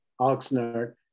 Oxnard